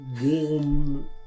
warm